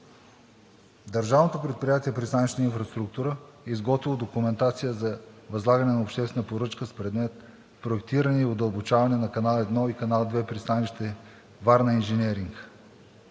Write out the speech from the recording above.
Държавното предприятие „Пристанищна инфраструктура“ е изготвило документация за възлагане на обществена поръчка с предмет „Проектиране и удълбочаване“ на канал едно и канал две – пристанище Варна Инженеринг.